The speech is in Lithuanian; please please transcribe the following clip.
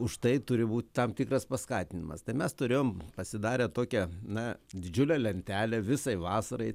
už tai turi būt tam tikras paskatinimas tai mes turėjom pasidarę tokią na didžiulę lentelę visai vasarai